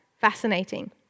fascinating